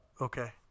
Okay